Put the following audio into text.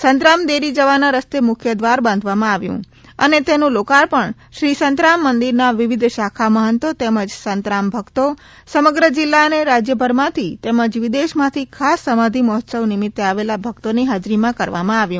સંતરામ દેરી જવાના રસ્તે મુખ્ય દ્વાર બાંધવામાં આવ્યું અને તેનું લોકાર્પણ શ્રી સંતરામ મંદિરના વિવિધ શાખા મહંતો તેમજ સંતરામ ભકતો સમગ્ર જિલ્લા અને રાજ્યભરમાંથી તેમજ વિદેશમાંથી ખાસ સમાધી મહોત્સવ નિમિત્તે આવેલા ભક્તોની હાજરીમાં કરવામાં આવ્યું